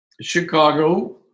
Chicago